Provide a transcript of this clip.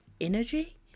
energy